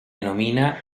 denomina